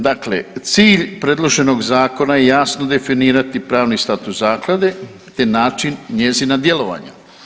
Dakle, cilj predloženog zakona je jasno definirati pravni status zaklade te način njezina djelovanja.